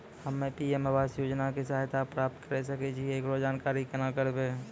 हम्मे पी.एम आवास योजना के सहायता प्राप्त करें सकय छियै, एकरो जानकारी केना करबै?